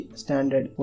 standard